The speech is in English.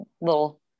little